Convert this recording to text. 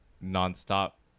non-stop